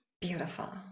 Beautiful